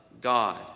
God